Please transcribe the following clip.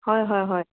হয় হয় হয়